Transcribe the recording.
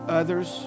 others